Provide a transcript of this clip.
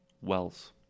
Wells